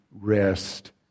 rest